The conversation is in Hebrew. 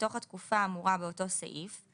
בתוך התקופה האמורה באותו סעיף,